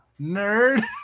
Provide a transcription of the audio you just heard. Nerd